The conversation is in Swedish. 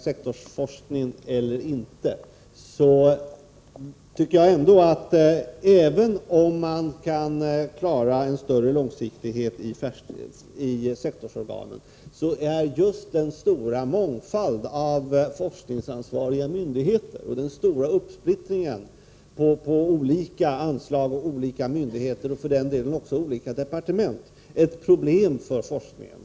Sektorsforskning eller inte: Även om man kan klara en större långsiktighet i sektorsorganen, är just den stora mångfalden av forskningsansvariga myndigheter och den stora uppsplittringen på olika anslag och olika myndigheter, för den delen också olika departement, ett problem för forskningen.